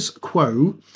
quo